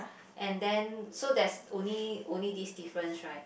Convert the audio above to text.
and then so that's only only this difference right